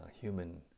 human